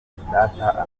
data